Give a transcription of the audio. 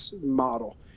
model